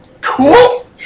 cool